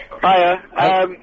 Hiya